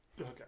Okay